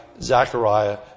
Zechariah